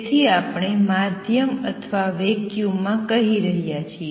તેથી આપણે માધ્યમ અથવા વેક્યૂમ માં કહી રહ્યા છીએ